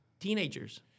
teenagers